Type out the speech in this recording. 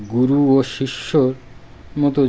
গুরু ও শিষ্যর মতো